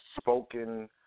spoken